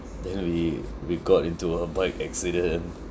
then we we got into a bike accident